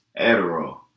Adderall